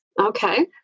Okay